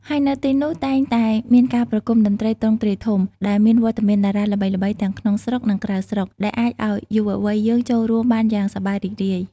ហើយនៅទីនោះ តែងតែមានការប្រគំតន្ត្រីទ្រង់ទ្រាយធំ ដែលមានវត្តមានតារាល្បីៗទាំងក្នុងស្រុក និងក្រៅស្រុក ដែលអាចអោយយុវវ័យយើងចូលរួមបានយ៉ាងសប្បាយរីករាយ។